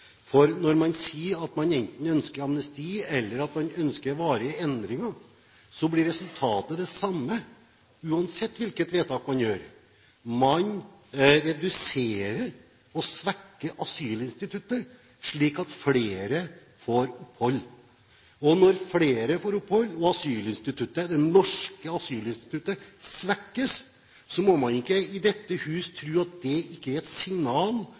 Når man sier at man enten ønsker amnesti eller ønsker varige endringer, blir resultatet det samme uansett hvilket vedtak man gjør: Man reduserer og svekker asylinstituttet slik at flere får opphold. Og når flere får opphold og asylinstituttet – det norske asylinstituttet – svekkes, må man ikke i dette hus tro at det ikke er et signal